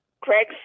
Craig